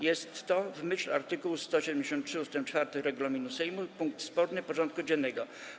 Jest to w myśl art. 173 ust. 4 regulaminu Sejmu punkt sporny porządku dziennego.